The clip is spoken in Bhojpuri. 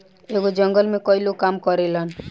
एगो जंगल में कई लोग काम करेलन